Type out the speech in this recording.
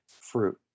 fruit